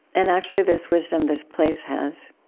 and actually, this wisdom this place has,